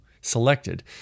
selected